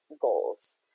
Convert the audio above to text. goals